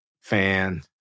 fan